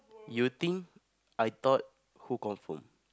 you think I thought who confirm